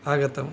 आगतम्